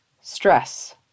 stress